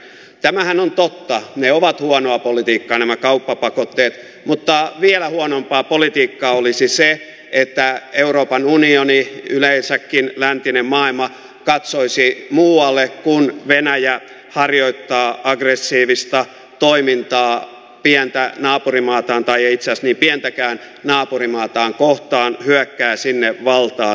tämähän on totta nämä kauppapakotteet ovat huonoa politiikkaa mutta vielä huonompaa politiikkaa olisi se että euroopan unioni yleensäkin läntinen maailma katsoisi muualle kun venäjä harjoittaa aggressiivista toimintaa pientä naapurimaataan tai ei itse asiassa niin pientäkään kohtaan hyökkää sinne valtaa sitä